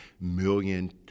million